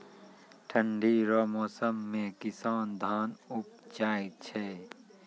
ठंढी रो मौसम मे किसान धान उपजाय छै